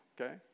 okay